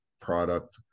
product